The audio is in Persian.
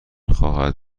خواهد